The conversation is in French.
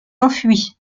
enfui